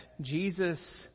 Jesus